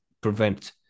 prevent